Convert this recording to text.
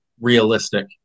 realistic